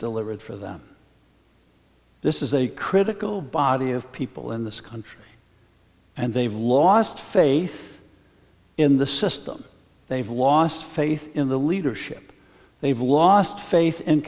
delivered for them this is a critical body of people in this country and they've lost faith in the system they've lost faith in the leadership they've lost fa